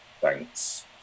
Thanks